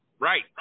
Right